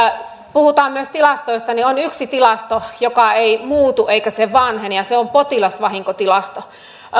puhutaan myös tilastoista on yksi tilasto joka ei muutu eikä se vanhene ja se on potilasvahinkotilasto